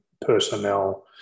personnel